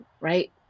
right